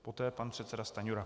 Poté pan předseda Stanjura.